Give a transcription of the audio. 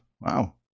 wow